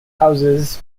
houses